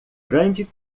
grande